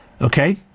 Okay